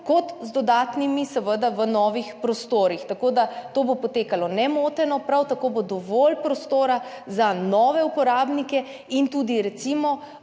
z dodatnimi v novih prostorih. To bo potekalo nemoteno. Prav tako bo dovolj prostora za nove uporabnike in tudi